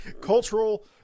cultural